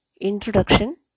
introduction